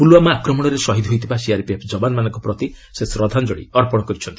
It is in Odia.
ପୁଲୱାମା ଆକ୍ରମଣରେ ଶହୀଦ ହୋଇଥିବା ସିଆର୍ପିଏଫ୍ ଯବାନମାନଙ୍କ ପ୍ରତି ସେ ଶ୍ରଦ୍ଧାଞ୍ଜଳି ଅର୍ପଣ କରିଚ୍ଛନ୍ତି